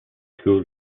school